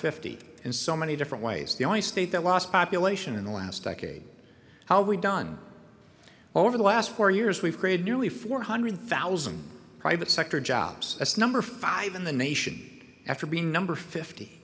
fifty in so many different ways the only state that lost population in the last decade how we've done over the last four years we've created nearly four hundred thousand private sector jobs as number five in the nation after being number fifty